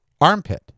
armpit